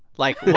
like,